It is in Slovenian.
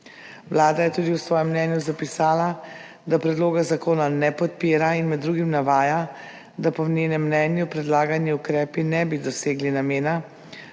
Vlada je v svojem mnenju tudi zapisala, da predloga zakona ne podpira in med drugim navaja, da po njenem mnenju predlagani ukrepi ne bi dosegli namena,